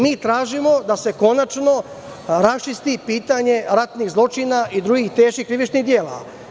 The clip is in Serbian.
Mi tražimo da se konačno raščisti pitanje ratnih zločina i drugih teških krivičnih dela.